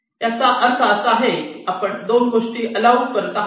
याचा अर्थ असा आहे की आपण दोन गोष्टींना ऑलॉव करत आहात